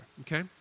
okay